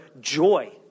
joy